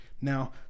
now